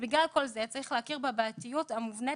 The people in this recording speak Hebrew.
בגלל כל זאת, צריך להכיר בבעייתיות המובנית